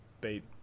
bait